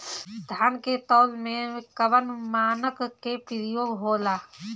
धान के तौल में कवन मानक के प्रयोग हो ला?